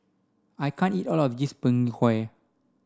I can't eat all of this Png Kueh